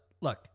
look